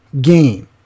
game